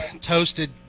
toasted